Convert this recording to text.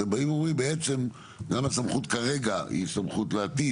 אתם באים ואומרים בעצם גם הסמכות כרגע היא סמכות לעתיד,